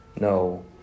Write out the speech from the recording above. no